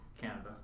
Canada